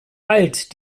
alt